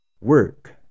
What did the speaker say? work